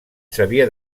s’havia